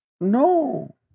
No